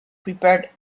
prepared